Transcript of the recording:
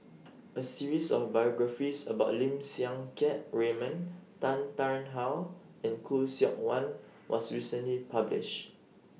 A series of biographies about Lim Siang Keat Raymond Tan Tarn How and Khoo Seok Wan was recently published